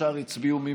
התשע"ו 2016 (תיקון),